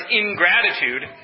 ingratitude